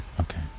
okay